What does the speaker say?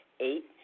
Eight